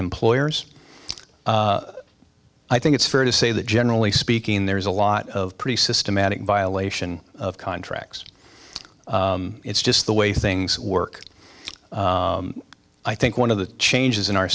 employers i think it's fair to say that generally speaking there's a lot of pretty systematic violation of contracts it's just the way things work i think one of the changes in our